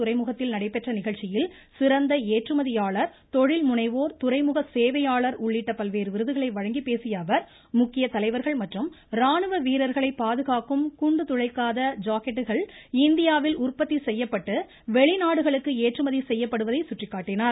துறைமுகத்தில் நடைபெற்ற நிகழ்ச்சியில் சிறந்த ஏற்றுமதியாளர் தொழில் முனைவோர் துறைமுக சேவையாளர் உள்ளிட்ட பல்வேறு விருதுகளை வழங்கிப் பேசிய அவா் முக்கிய தலைவா்கள் மற்றும் ராணுவ வீரா்களை பாதுகாக்கும் குண்டு துளைக்காத ஜாக்கெட்டுகள் இந்தியாவில் உற்பத்தி செய்யப்பட்டு வெளிநாடுகளுக்கு ஏற்றுமதி செய்யப்படுவதை சுட்டிக்காட்டினார்